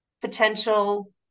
potential